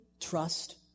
trust